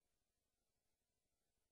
פה ב"במחנה", שלא יגידו שאני חלילה פוגע